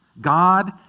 God